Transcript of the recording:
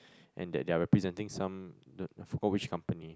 and that they are representing some the forgot which company